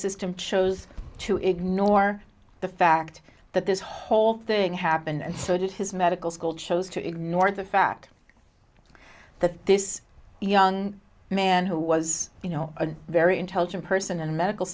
system chose to ignore the fact that this whole thing happened and so did his medical school chose to ignore the fact that this young man who was you know a very intelligent person and a medical